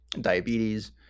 diabetes